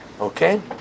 okay